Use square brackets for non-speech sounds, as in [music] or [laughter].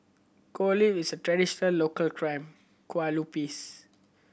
Kuih Lope is a traditional local [unintelligible]